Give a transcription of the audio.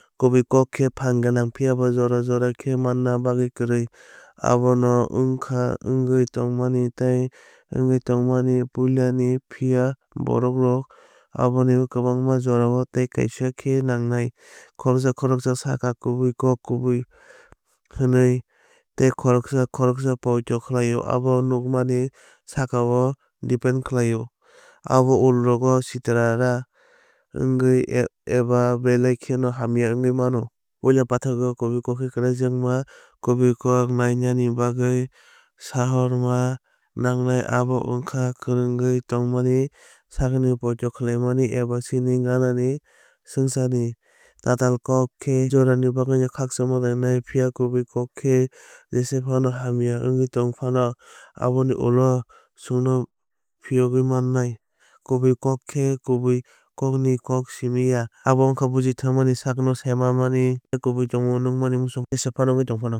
Kubui kok khe phan gwnang phiyaba jora jora khe manna bagwi kwrwi. Abo no wng kha wngwi tongmani tei wngwi tongmani puilani phiya borokrok abono kwbangma jorao tei kaisa khe nangnai. Khoroksa khoroksa sakha kubui kok kubui hwnwi tei khoroksa khoroksa poito khlaio abo nukmani sakao depend khlaio. Abo ulrogo shitera wngwui eba belai kheno hamya wngwui mano. Puila paithago kubui kok khe klaijakma kubui kok nainani bagwi sahorma nangnai. Abo wngkha kwrwngwi tongmani sakni poito khlaimani eba chini ganani swngcharni. Tatal kok khe jorani bagwino khakchangma rwnai phiya kubui kok khe jesa phano hamya wngwi tong phano aboni ulo chwngno phiyogwi mano. Kubui kok khe kubui kokni kok simi ya. Abo wngkha buji thummani sakno saimanmani tei kubui tongmungno nuknani muchungma jesa phano wngwi tong phano.